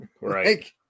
right